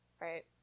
right